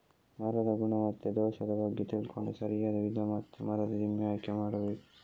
ಮರದ ಗುಣ ಮತ್ತೆ ದೋಷದ ಬಗ್ಗೆ ತಿಳ್ಕೊಂಡು ಸರಿಯಾದ ವಿಧ ಮತ್ತೆ ಮರದ ದಿಮ್ಮಿ ಆಯ್ಕೆ ಮಾಡಬೇಕು